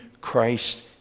Christ